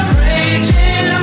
raging